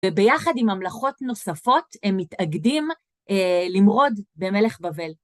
וביחד עם ממלכות נוספות, הם מתאגדים למרוד במלך בבל.